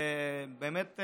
באמת,